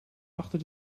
achter